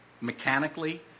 mechanically